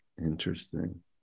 Interesting